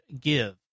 give